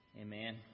amen